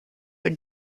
were